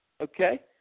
Okay